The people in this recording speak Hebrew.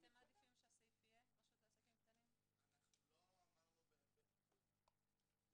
אני לא מדברת על micro organizations.